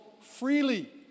freely